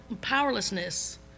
powerlessness